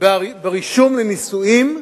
ברישום לנישואים,